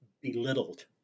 belittled